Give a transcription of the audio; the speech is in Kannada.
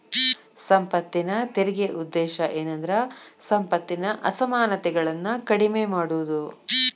ಸಂಪತ್ತಿನ ತೆರಿಗೆ ಉದ್ದೇಶ ಏನಂದ್ರ ಸಂಪತ್ತಿನ ಅಸಮಾನತೆಗಳನ್ನ ಕಡಿಮೆ ಮಾಡುದು